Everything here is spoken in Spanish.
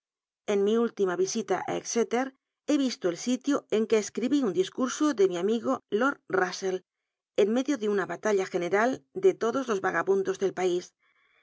en mi ultima visita á exeter he visto el sitio en que escribí un discurso de mi amigo lord nussell en medio de una batalla general de todos los ragabundos del pais